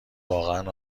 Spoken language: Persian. واقعا